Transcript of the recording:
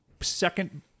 second